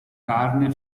carne